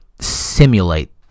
simulate